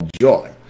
joy